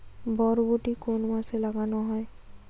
বরবটি কোন মাসে লাগানো হয়?